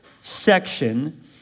section